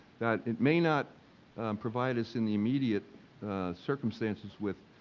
that it may not provide us in the immediate circumstances with,